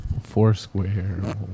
Foursquare